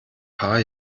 paar